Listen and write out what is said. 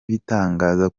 bitangaza